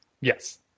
Yes